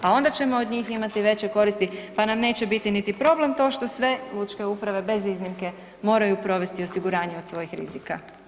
A onda ćemo od njih imati veće koristi pa nam neće biti niti problem to što sve lučke uprave bez iznimke moraju provesti osiguranje od svojih rizika.